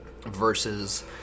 versus